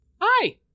Hi